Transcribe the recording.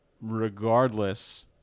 regardless